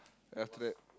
then after that